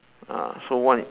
ah so one